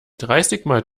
dreißigmal